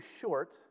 short